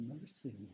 mercy